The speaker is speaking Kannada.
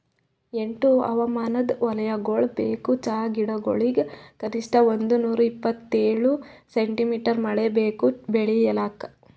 ಎಂಟು ಹವಾಮಾನದ್ ವಲಯಗೊಳ್ ಬೇಕು ಚಹಾ ಗಿಡಗೊಳಿಗ್ ಕನಿಷ್ಠ ಒಂದುನೂರ ಇಪ್ಪತ್ತೇಳು ಸೆಂಟಿಮೀಟರ್ ಮಳೆ ಬೇಕು ಬೆಳಿಲಾಕ್